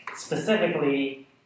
Specifically